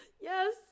Yes